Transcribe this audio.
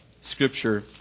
Scripture